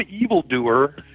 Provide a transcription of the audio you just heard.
evildoer